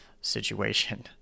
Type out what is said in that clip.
situation